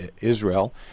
Israel